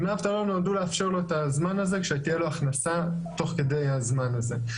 דמי האבטלה נועדו לאפשר שתהיה לו הכנסה תוך כדי הזמן הזה.